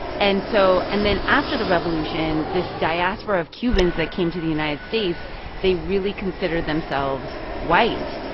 and so and then after the revolution, this diaspora of cubans that came to the united states they really considered themselves white.